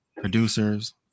producers